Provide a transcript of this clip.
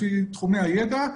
לפי תחומי הידע,